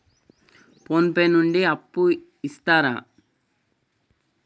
Phone pay నుండి అప్పు ఇత్తరా?